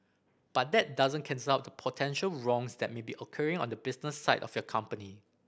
but that doesn't cancel out the potential wrongs that may be occurring on the business side of your company